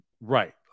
right